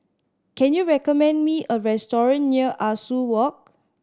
can you recommend me a restaurant near Ah Soo Walk